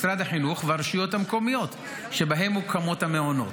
משרד החינוך והרשויות המקומיות שבהן מוקמים המעונות,